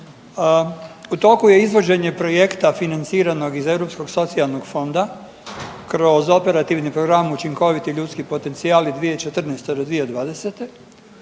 U toku je izvođenje projekta financiranog iz Europskog socijalnog fonda kroz Operativni program, Učinkoviti ljudski potencijali 2014.-2020.